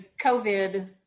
COVID